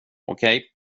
okej